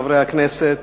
חברי הכנסת,